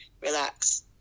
relax